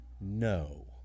no